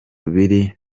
biri